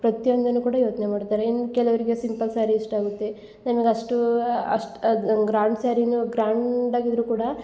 ಪ್ರತಿಯೊಂದನ್ನು ಕೂಡ ಯೋಚನೆ ಮಾಡ್ತಾರೆ ಇನ್ನು ಕೆಲವರಿಗೆ ಸಿಂಪಲ್ ಸ್ಯಾರಿ ಇಷ್ಟ ಆಗುತ್ತೆ ನಮ್ಗೆ ಅಷ್ಟು ಅಷ್ಟು ಅದು ಗ್ರ್ಯಾಂಡ್ ಸ್ಯಾರಿನು ಗ್ರ್ಯಾಂಡ್ ಆಗಿದ್ದರೂ ಕೂಡ